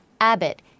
Abbott